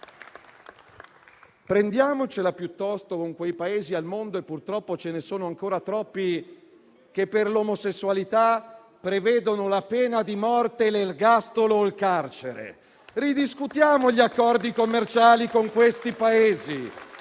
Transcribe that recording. Prendiamocela piuttosto con quei Paesi al mondo - e purtroppo ce ne sono ancora troppi - che per l'omosessualità prevedono la pena di morte, l'ergastolo o il carcere. Ridiscutiamo gli accordi commerciali con quei Paesi.